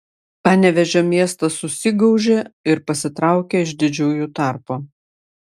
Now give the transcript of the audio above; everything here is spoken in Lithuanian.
panevėžio miestas susigaužė ir pasitraukė iš didžiųjų tarpo